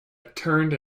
turned